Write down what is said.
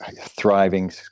thriving